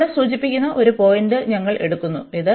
അവിടെ സൂചിപ്പിക്കുന്ന ഒരു പോയിന്റ് ഞങ്ങൾ എടുക്കുന്നു ഇത്